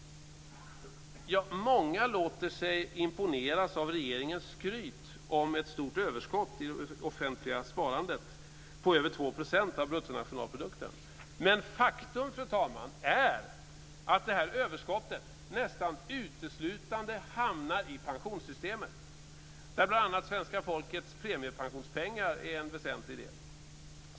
Många låter sig imponeras av regeringens skryt om ett stort överskott i det offentliga sparandet på över 2 % av bruttonationalprodukten. Men faktum är, fru talman, att det här överskottet nästan uteslutande hamnar i pensionssystemet där bl.a. svenska folkets premiepensionspengar är en väsentlig del.